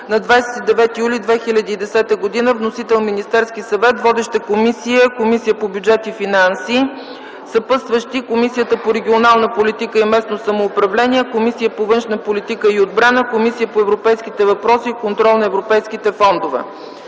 на 29 юли 2010 г. Вносител е Министерският съвет. Водеща е Комисията по бюджет и финанси. Съпътстващи комисии са: Комисията по регионална политика и местно самоуправление, Комисията по външна политика и отбрана и Комисията по европейските въпроси и контрол на европейските фондове.